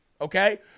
Okay